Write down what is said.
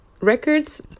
Records